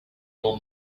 your